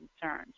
concerns